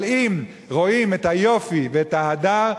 אבל אם רואים את היופי ואת ההדר,